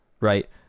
right